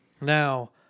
Now